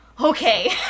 okay